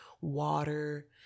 water